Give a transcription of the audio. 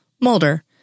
Mulder